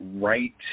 right